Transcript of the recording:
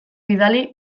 bidali